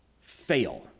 fail